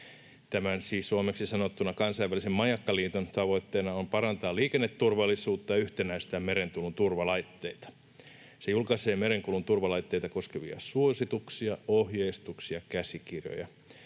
Tämän siis suomeksi sanottuna Kansainvälisen majakkaliiton tavoitteena on parantaa liikenneturvallisuutta ja yhtenäistää merenkulun turvalaitteita. Se julkaisee merenkulun turvalaitteita koskevia suosituksia, ohjeistuksia ja käsikirjoja.